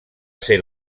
ser